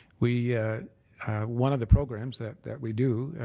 we one of the programs that that we do,